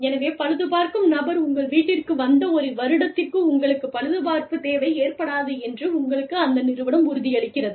எனவே பழுதுபார்க்கும் நபர் உங்கள் வீட்டிற்கு வந்த ஒரு வருடத்திற்கு உங்களுக்குப் பழுதுபார்ப்பு தேவை ஏற்படாது என்று உங்களுக்கு அந்த நிறுவனம் உறுதியளிக்கிறது